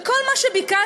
וכל מה שביקשנו,